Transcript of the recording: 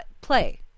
play